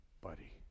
buddy